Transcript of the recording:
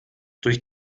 durch